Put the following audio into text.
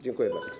Dziękuję bardzo.